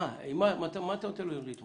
עם מה אתה נותן לו להתמודד?